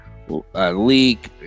leak